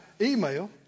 email